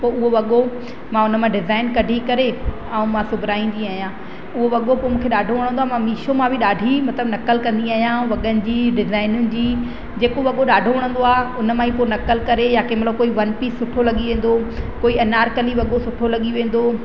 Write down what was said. पोइ उहो वॻो मां उन मां डिज़ाइन कढी करे ऐं मां सुबराईंदी आहियां उहो वॻो पोइ मूंखे ॾाढो वणंदो आहे मिशो मां बि ॾाढी मतिलबु नक़ल कंदी आहियां वॻनि जी डिज़ाइनियूं जी जेको वॻो ॾाढो वणंदो आहे उन मां ई पोइ नक़ल करे या कोई वन पीस सुठो लॻी वेंदो आहे कोई अनारकली वॻो सुठो लॻी वेंदो